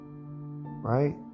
Right